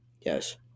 Yes